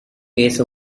பேச